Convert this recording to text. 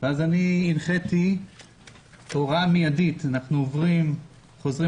אז הנחיתי הוראה מידית שאנחנו חוזרים